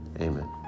Amen